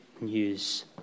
news